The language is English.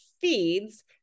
feeds